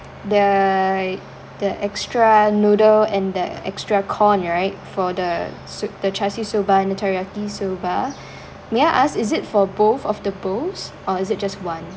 the the extra noodle and the extra corn right for the soup the char siew soba and the teriyaki soba may I ask is it for both of the bowls or is it just one